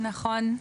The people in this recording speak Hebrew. נכון.